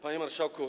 Panie Marszałku!